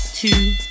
Two